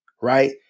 right